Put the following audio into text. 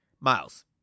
Miles